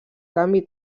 canvi